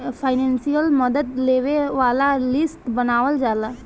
financial मदद लेबे वाला लिस्ट बनावल जाला